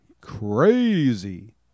Crazy